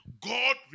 God